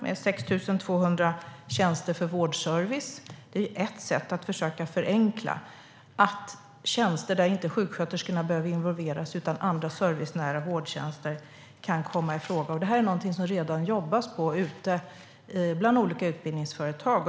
Det är 6 200 tjänster för vårdservice. Det är ett sätt att försöka förenkla. Det gäller tjänster där inte sjuksköterskorna behöver involveras, utan andra servicenära vårdtjänster kan komma i fråga. Det här är någonting som det redan jobbas med ute på olika utbildningsföretag.